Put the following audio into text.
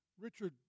Richard